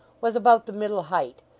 was about the middle height,